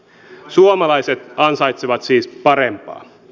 suomalaiset ansaitsevat siis parempaa